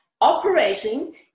operating